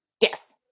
Yes